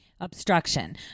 Obstruction